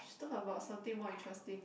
should talk about something more interesting